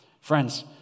Friends